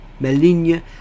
maligne